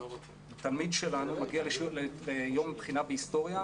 תלמיד שלנו מגיע ליום בחינה בהסטוריה,